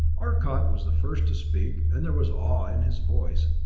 arcot was the first to speak and there was awe in his voice.